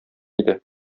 иде